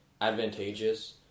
advantageous